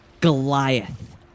goliath